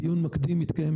דיון מקדים התקיים